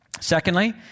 Secondly